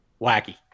wacky